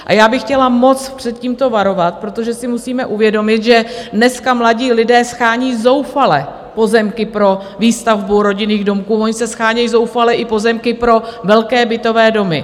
A já bych chtěla moc před tímto varovat, protože si musíme uvědomit, že dneska mladí lidé shání zoufale pozemky pro výstavbu rodinných domků, oni se shánějí zoufale i pozemky pro velké bytové domy.